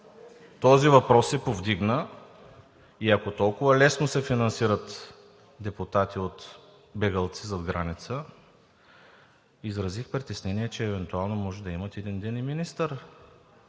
Този въпрос се повдигна. И ако толкова лесно се финансират депутати – бегълци зад граница, изразих притеснение, че евентуално един ден може да имат и министър.